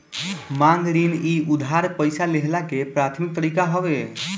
मांग ऋण इ उधार पईसा लेहला के प्राथमिक तरीका हवे